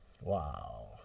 Wow